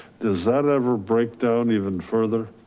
does that ever break down even further?